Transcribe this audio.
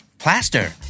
Plaster